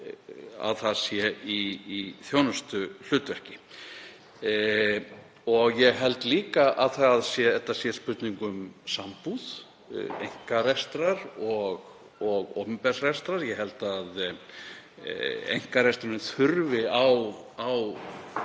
að það sé í þjónustuhlutverki. Ég held líka að þetta sé spurning um sambúð einkarekstrar og opinbers rekstrar. Ég held að einkareksturinn þurfi á